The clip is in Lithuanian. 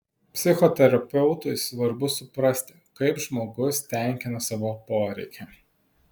psichoterapeutui svarbu suprasti kaip žmogus tenkina savo poreikį